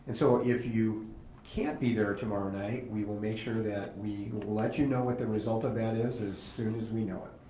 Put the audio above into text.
and so if you can't be there tomorrow night, we will make sure that we let you know what the result of that is as soon as we know it.